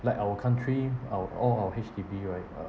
like our country our all our H_D_B right uh